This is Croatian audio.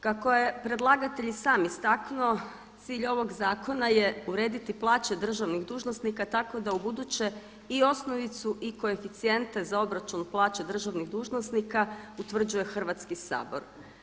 Kako je predlagatelj i sam istaknuo cilj ovog zakona je urediti plaće državnih dužnosnika tako da ubuduće i osnovicu i koeficijente za obračun plaća državnih dužnosnika utvrđuje Hrvatski sabor.